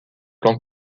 plan